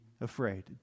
afraid